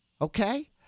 okay